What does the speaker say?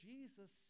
Jesus